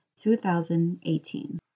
2018